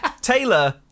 Taylor